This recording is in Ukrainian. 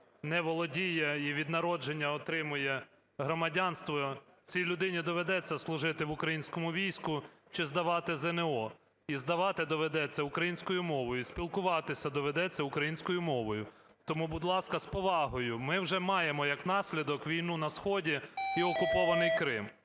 не володіє і від народження отримує громадянство, цій людині доведеться служити в українському війську чи здавати ЗНО, і здавати доведеться українською мовою, і спілкуватися доведеться українською мовою. Тому, будь ласка, з повагою. Ми вже маємо як наслідок війну на сході і окупований Крим.